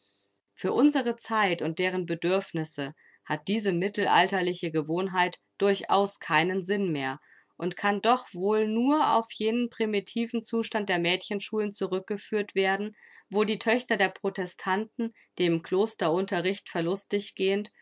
für unsere zeit und deren bedürfnisse hat diese mittelalterliche gewohnheit durchaus keinen sinn mehr und kann doch wohl nur auf jenen primitiven zustand der mädchenschulen zurückgeführt werden wo die töchter der protestanten dem klosterunterricht verlustig gehend